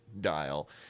dial